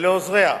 ולעוזריה,